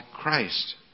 Christ